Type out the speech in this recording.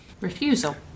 Refusal